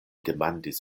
demandis